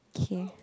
okay